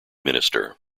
minister